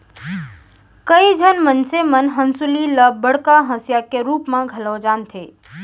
कइ झन मनसे मन हंसुली ल बड़का हँसिया के रूप म घलौ जानथें